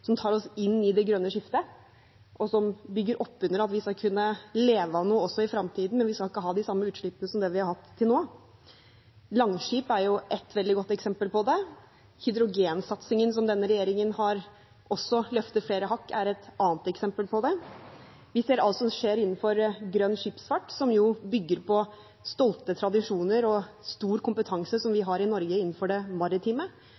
som tar oss inn i det grønne skiftet, og som bygger opp under at vi skal kunne leve av noe også i fremtiden, men vi skal ikke ha de samme utslippene som det vi har hatt til nå. Langskip er et veldig godt eksempel på det. Hydrogensatsingen, som denne regjeringen også har løftet flere hakk, er et annet eksempel på det. Vi ser alt som skjer innenfor grønn skipsfart, som bygger på stolte tradisjoner og stor kompetanse som vi har i Norge innenfor det maritime.